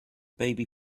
baby